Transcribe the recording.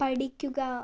പഠിക്കുക